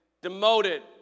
demoted